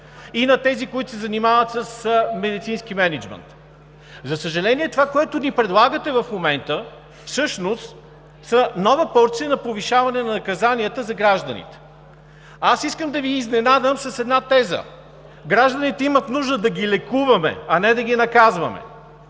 и на тези, които се занимават с медицински мениджмънт. За съжаление, това, което ни предлагате в момента, всъщност са нова порция на повишаване на наказанията за гражданите. Аз искам да Ви изненадам с една теза. Гражданите имат нужда да ги лекуваме, а не да ги наказваме.